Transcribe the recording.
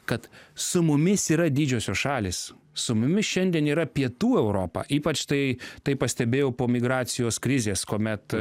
kad su mumis yra didžiosios šalys su mumis šiandien yra pietų europa ypač tai tai pastebėjau po migracijos krizės kuomet